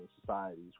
societies